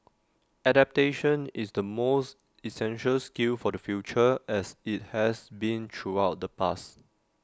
adaptation is the most essential skill for the future as IT has been throughout the past